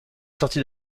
sorti